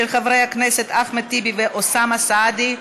של חברי הכנסת אחמד טיבי ואוסאמה סעדי,